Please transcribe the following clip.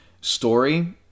story